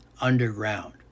underground